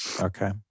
Okay